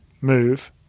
move